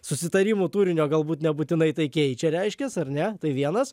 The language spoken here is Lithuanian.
susitarimų turinio galbūt nebūtinai tai keičia reiškias ar ne tai vienas